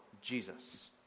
Jesus